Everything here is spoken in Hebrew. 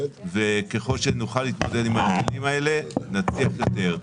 ככל שנוכל להתמודד עם ההרגלים האלה נצליח יותר.